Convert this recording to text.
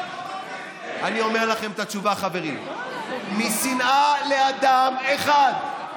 אני אומר לכם את התשובה, חברים: משנאה לאדם אחד,